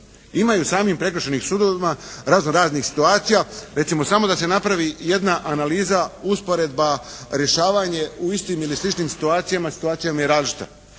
Ima u samim prekršajnim sudovima razno-raznih situacija, recimo samo da se napravi jedna analiza, usporedba rješavanje u istim ili sličnim situacijama, situacija vam je različita,